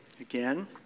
again